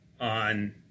on